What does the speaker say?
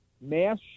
mass